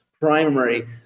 primary